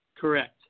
Correct